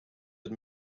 had